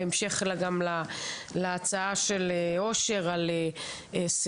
בהמשך גם להצעה של אושר על סירוס.